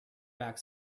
back